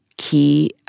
key